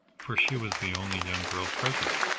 for she was the only young girl present.